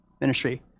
ministry